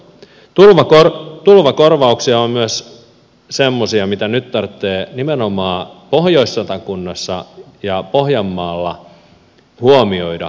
tulvakorvaukset ovat myös semmoisia asioita joita nyt tarvitsee nimenomaan pohjois satakunnassa ja pohjanmaalla huomioida